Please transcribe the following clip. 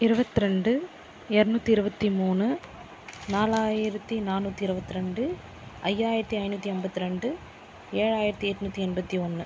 இருபத்தி ரெண்டு எரநூற்றி இருபத்தி மூணு நாலாயரத்து நாநூற்றி இருபத்தி ரெண்டு ஐயாயரத்து ஐநூற்றி அம்பத்து ரெண்டு ஏழாயரத்து எட்நூற்றி எண்பத்து ஒன்று